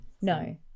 No